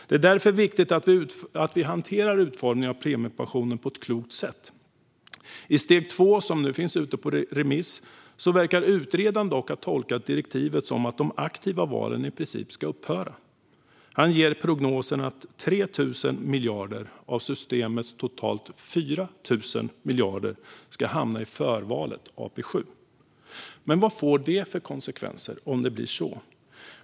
Det är därför viktigt att vi hanterar utformningen av premiepensionen på ett klokt sätt. I det steg 2 som nu är ute på remiss verkar utredaren dock ha tolkat direktivet som att de aktiva valen i princip ska upphöra. Han ger prognosen att 3 000 miljarder av systemets totalt 4 000 miljarder ska hamna i förvalet, AP7. Men vad får det för konsekvenser om det blir så?